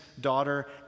daughter